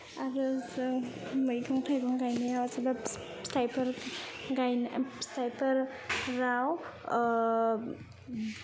आरो जों मैगं थाइगं गायनायाव जोबोद फिथायफोर गायनो फिथायफोराव